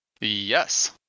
Yes